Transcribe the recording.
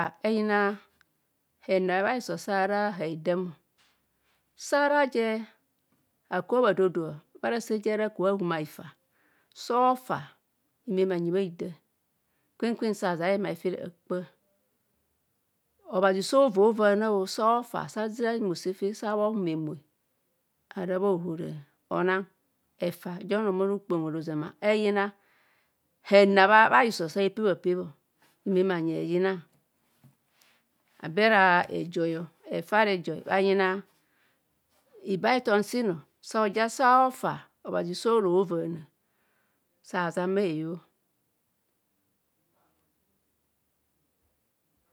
Eyina he na bhe bhaiso. sa hera haipamo. sa ra je hakubho bhado don bharace ja ahura ba kubho bha bumei ita sa ofar himeme anyi bha haida kwen kwen sa azena ara bhimai firee sa akpa. Obvazi so ova ovaana sa ofak sa azizira ahong bhose fere sa bho ohum emoe ara bha ohora. Owang efa ja onoo ohumo onang ukpom hora. Eyina hena bbe bhaiso sa hepibhapebo himeme anyi hoyina abe ara ejoii ọ, efa ara ejo bha yina hiboahithom sin so oja so far obhazi sa azang bha heyoo